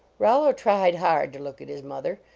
rollo tried hard to look at his mother.